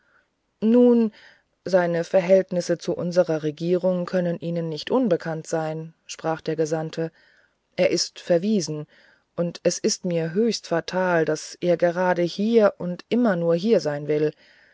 nun seine verhältnisse zu unserer regierung können ihnen nicht unbekannt sein sprach der gesandte er ist verwiesen und es ist mir höchst fatal daß er gerade hier und immer nur hier sein will